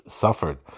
suffered